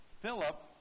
Philip